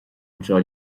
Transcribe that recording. anseo